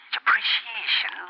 appreciation